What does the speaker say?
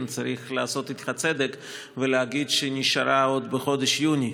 צריך לעשות איתך צדק ולהגיד שהיא נשאלה עוד בחודש יוני,